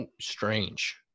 Strange